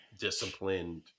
disciplined